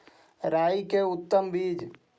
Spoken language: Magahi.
राई के उतम बिज?